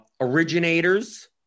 originators